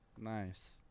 Nice